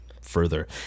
further